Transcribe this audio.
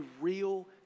real